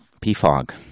P-fog